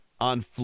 on